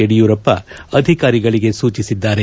ಯಡಿಯೂರಪ್ಪ ಅಧಿಕಾರಿಗಳಿಗೆ ಸೂಚಿಸಿದ್ದಾರೆ